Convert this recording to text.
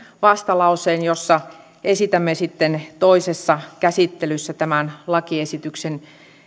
vastalauseen jossa esitämme sitten toisessa käsittelyssä tämän lakiesityksen